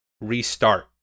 restart